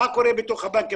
מה קורה בתוך הבנקים.